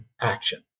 action